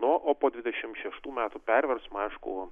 nu o po dvidešimt šeštų metų perversmo aišku